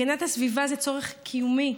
הגנת הסביבה זה צורך קיומי,